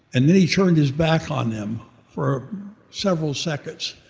and then he turned his back on them for several seconds,